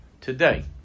today